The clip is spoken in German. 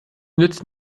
nützt